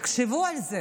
תחשבו על זה,